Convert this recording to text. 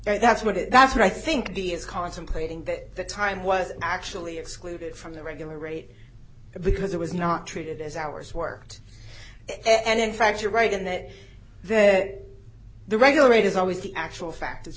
too that's what it that's what i think the is contemplating that the time was actually excluded from the regular rate because it was not treated as hours worked and in fact you're right in that the regular rate is always the actual fact